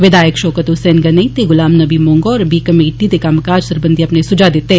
विघायक शौकत हुसेन गर्नेई ते गुलाम नबी मोंगा होरें बी कमेटी दे कम्मकाज सरबंधी अपने सुझाव दित्ते